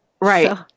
Right